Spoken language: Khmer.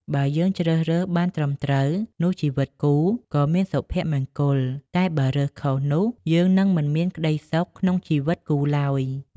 បើយើងជ្រើសរើសបានត្រឹមត្រូវ នោះជីវិតគូក៏មានសុភមង្គល តែបើរើសខុសនោះយើង និងមិនមានក្ដីសុខក្នុងជីវិតគូឡើយ។